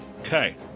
Okay